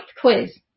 quiz